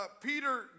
Peter